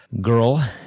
girl